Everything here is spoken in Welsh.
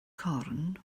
corn